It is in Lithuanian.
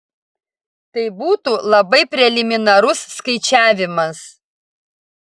tai būtų labai preliminarus skaičiavimas